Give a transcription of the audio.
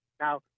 Now